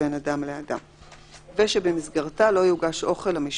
בין אדם לאדם ושבמסגרתה לא יוגש אוכל למשתתפים.